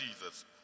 Jesus